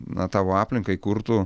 na tavo aplinkai kurtų